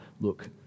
look